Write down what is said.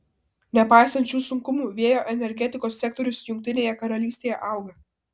nepaisant šių sunkumų vėjo energetikos sektorius jungtinėje karalystėje auga